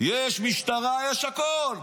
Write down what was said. יש משטרה, יש הכול.